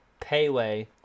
Payway